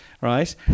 right